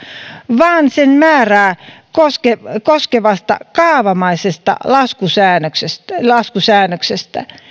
vaan sen määrää koskevasta koskevasta kaavamaisesta laskusäännöksestä laskusäännöksestä